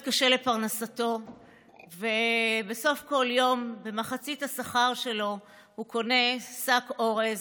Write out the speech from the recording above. קשה לפרנסתו ובסוף כל יום במחצית השכר שלו הוא קונה שק אורז